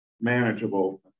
manageable